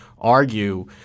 argue